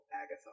Agatha